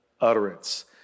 utterance